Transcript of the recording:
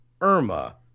irma